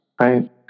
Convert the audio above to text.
right